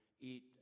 eat